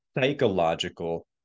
psychological